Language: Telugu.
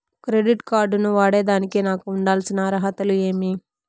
క్రెడిట్ కార్డు ను వాడేదానికి నాకు ఉండాల్సిన అర్హతలు ఏమి?